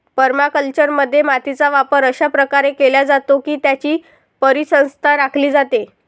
परमाकल्चरमध्ये, मातीचा वापर अशा प्रकारे केला जातो की त्याची परिसंस्था राखली जाते